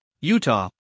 Utah